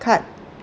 card